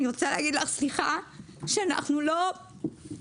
אני רוצה להגיד לך סליחה שאנחנו לא הצלחנו.